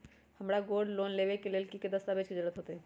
हमरा gold loan लेबे के लेल कि कि दस्ताबेज के जरूरत होयेत?